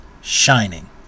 Shining